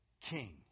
king